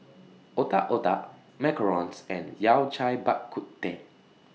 Otak Otak Macarons and Yao Cai Bak Kut Teh